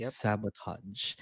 sabotage